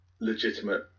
legitimate